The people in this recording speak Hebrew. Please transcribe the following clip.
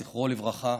זכרו לברכה,